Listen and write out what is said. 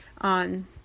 on